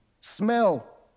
smell